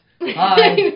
hi